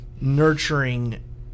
nurturing